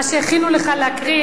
מה שהכינו לך להקריא,